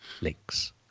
links